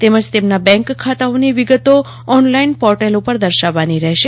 તેમજ તેમના બેંક ખાતાઓની વિગતો ઓનલાઇન પોર્ટેલ ઉપર દર્શાવવાની રહેશે